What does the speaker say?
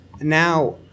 now